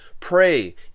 pray